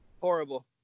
Horrible